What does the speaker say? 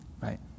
right